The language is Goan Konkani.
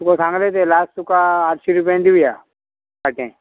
तुका सांगले ते लास्ट तुका आठशीं रुपयान दिवया पाटें